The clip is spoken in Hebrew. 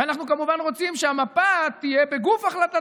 ואנחנו כמובן רוצים שהמפה תהיה בגוף החלטת